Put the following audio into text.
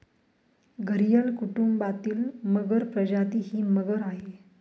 घरियल कुटुंबातील मगर प्रजाती ही मगर आहे